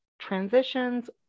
transitions